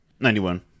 91